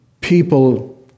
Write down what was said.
people